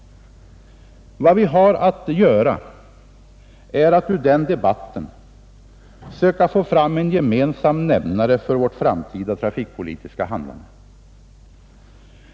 Vad vi har att göra är att ur den debatten söka få fram en gemensam nämnare för vårt framtida trafikpolitiska handlande.